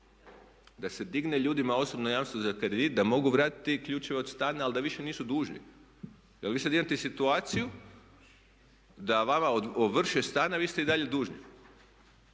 da se digne ljudima osobno jamstvo za kredit da mogu vratiti ključeve od stana, ali da više nisu dužni. Jer vi sad imate situaciju da vama ovrše stan, a vi ste i dalje dužni,